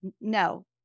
No